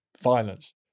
violence